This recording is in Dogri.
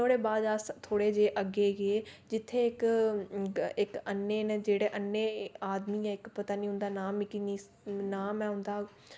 फिर नुआढ़े बाद अस थोह्ड़े जे अग्गै गे जित्थै इक अन्ने न जेह्ड़े अन्ने आदमी ऐ इक पता नी उंदा ना मिकी नी ना मैं उंदा